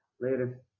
Later